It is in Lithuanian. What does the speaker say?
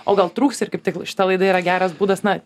o gal trūksta ir kaip tik šita laida yra geras būdas na